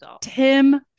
Tim